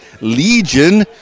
Legion